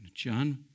John